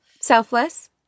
Selfless